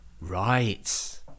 right